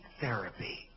therapy